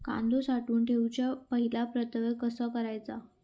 कांदो साठवून ठेवुच्या पहिला प्रतवार कसो करायचा?